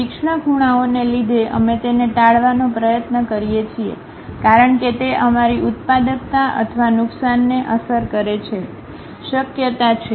તીક્ષ્ણ ખૂણાઓને લીધે અમે તેને ટાળવાનો પ્રયત્ન કરીએ છીએ કારણ કે તે અમારી ઉત્પાદકતા અથવા નુકસાનને અસર કરે છે શક્યતા છે